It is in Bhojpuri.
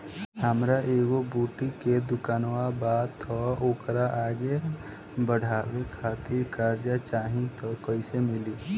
हमार एगो बुटीक के दुकानबा त ओकरा आगे बढ़वे खातिर कर्जा चाहि त कइसे मिली?